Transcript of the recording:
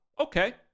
okay